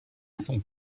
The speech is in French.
son